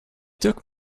took